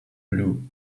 blue